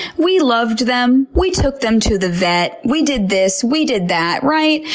we loved them, we took them to the vet, we did this, we did that, right?